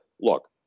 look